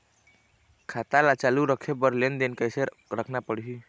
खाता ला चालू रखे बर लेनदेन कैसे रखना पड़ही?